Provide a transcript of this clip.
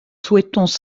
souhaitons